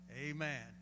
Amen